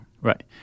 Right